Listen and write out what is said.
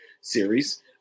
series